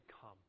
come